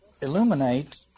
illuminate